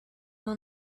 will